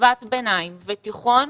חטיבת ביניים ותיכון,